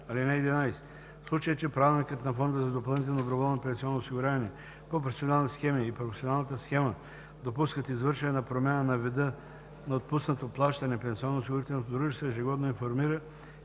(11) В случай че правилникът на фонда за допълнително доброволно пенсионно осигуряване по професионални схеми и професионалната схема допускат извършване на промяна на вида на отпуснато плащане, пенсионноосигурителното дружество ежегодно информира